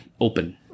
open